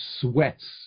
sweats